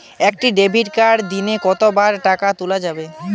একটি ডেবিটকার্ড দিনে কতবার টাকা তুলতে পারব?